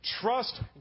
Trust